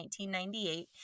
1998